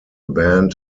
band